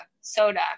soda